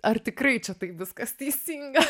ar tikrai čia tai viskas teisinga